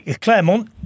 Claremont